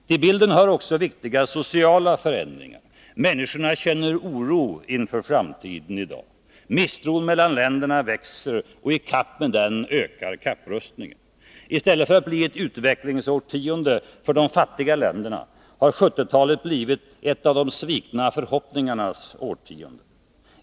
Till bilden hör också viktiga sociala förändringar. Människorna känner i dag oro inför framtiden. Misstron mellan länderna växer, och i kapp med den ökar kapprustningarna. I stället för att bli ett utvecklingsårtionde för de fattiga länderna, har 1970-talet blivit ett de svikna förhoppningarnas årtionde.